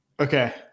Okay